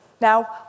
Now